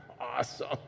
awesome